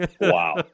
Wow